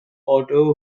otto